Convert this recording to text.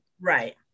Right